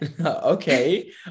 okay